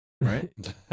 right